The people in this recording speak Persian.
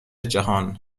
جهان